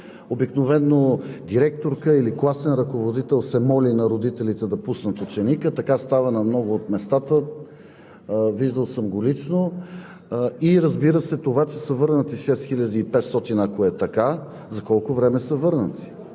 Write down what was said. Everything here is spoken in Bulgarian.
Обикновено директорка или класен ръководител се моли на родителите да пуснат ученика, така става на много от местата, виждал съм го лично. И, разбира се, това, че са върнати 6500, ако е така, за колко време са върнати?